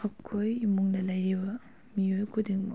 ꯑꯩꯈꯣꯏ ꯏꯃꯨꯡꯗ ꯂꯩꯔꯤꯕ ꯃꯤꯑꯣꯏ ꯈꯨꯗꯤꯡꯃꯛ